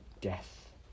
death